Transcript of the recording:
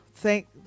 Thank